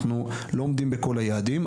אנחנו לא עומדים בכל היעדים,